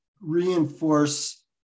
reinforce